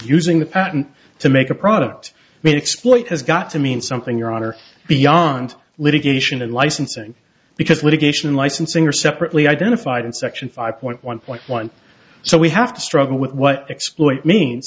using the patent to make a product made exploit has got to mean something your honor beyond litigation and licensing because litigation licensing are separately identified in section five point one point one so we have to struggle with what exploit means